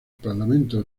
parlamento